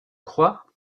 crois